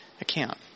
account